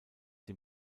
dem